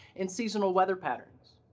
and seasonal weather patterns.